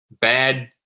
bad